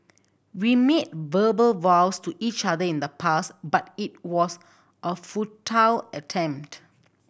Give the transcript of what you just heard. we made verbal vows to each other in the past but it was a futile attempt